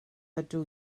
ydw